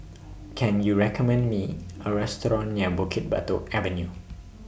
Can YOU recommend Me A Restaurant near Bukit Batok Avenue